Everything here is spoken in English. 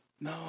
No